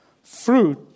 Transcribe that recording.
Fruit